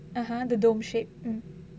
ah !huh! the dome shape mm